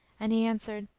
and he answered,